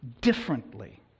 differently